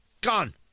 Gone